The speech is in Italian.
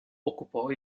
occupò